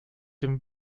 dem